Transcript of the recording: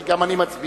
כי גם אני מצביע,